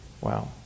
Wow